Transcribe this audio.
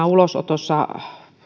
ulosotossa